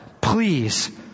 please